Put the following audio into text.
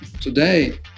today